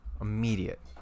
Immediate